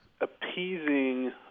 appeasing